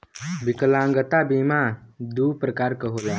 विकलागंता बीमा दू प्रकार क होला